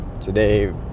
today